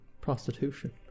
prostitution